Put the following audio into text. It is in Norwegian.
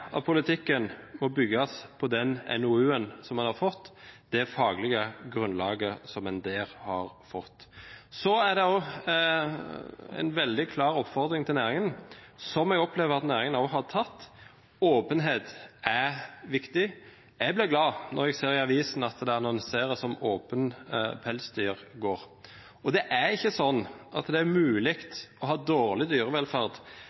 at politikken må bygges på den NOU-en som vi har fått, det faglige grunnlaget som en der har fått. Så er det også en veldig klar oppfordring til næringen, som jeg opplever at næringen også har tatt: Åpenhet er viktig. Jeg blir glad når jeg ser i avisen at det annonseres om åpen pelsdyrgård. Det er ikke sånn at det er mulig å ha dårlig dyrevelferd